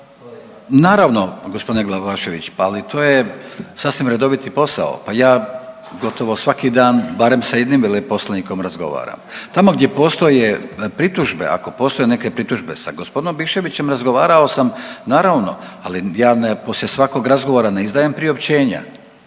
Naravno g. Glavašević, pa ali to je sasvim redoviti posao. Pa ja gotovo svaki dan barem sa jednim veleposlanikom razgovaram. Tamo gdje postoje pritužbe, ako postoje neke pritužbe, sa g. Biščevićem razgovarao sam, naravno, ali ja ne, poslije svakog razgovora ne izdajem priopćenja.